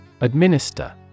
Administer